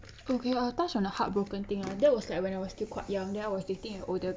okay I'll touch on the heartbroken thing ah that was like when I was still quite young then I was dating an older